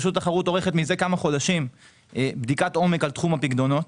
רשות התחרות עורכת מזה כמה חודשים בדיקת עומק על תחום הפקדונות.